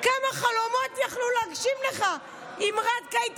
כמה חלומות יכלו להגשים לך אם רק היית